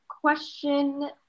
question